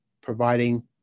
providing